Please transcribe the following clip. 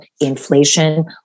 Inflation